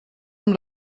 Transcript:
amb